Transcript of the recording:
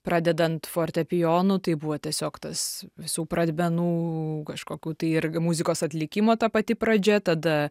pradedant fortepijonu tai buvo tiesiog tas visų pradmenų kažkokių tai ir muzikos atlikimo ta pati pradžia tada